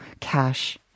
cash